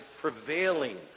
prevailing